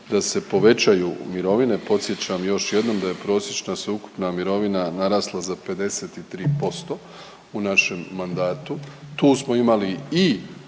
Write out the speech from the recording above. da se povećaju mirovine, podsjećam još jednom da je prosječna sveukupna mirovina narasla za 53% u našem mandatu. Tu smo imali i